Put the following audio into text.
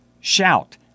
shout